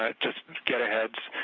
ah just just get aheads,